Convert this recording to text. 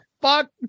fuck